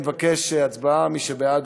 ברגע שאין נוכחות של שר, אין משמעות,